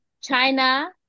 China